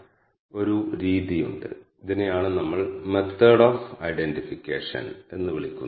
K means നിരവധി input ആർഗ്യുമെന്റുകൾ എടുക്കുന്നു